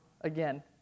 again